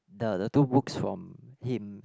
the the two books from him